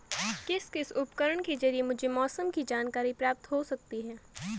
किस किस उपकरण के ज़रिए मुझे मौसम की जानकारी प्राप्त हो सकती है?